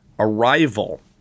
Arrival